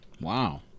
Wow